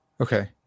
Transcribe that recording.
Okay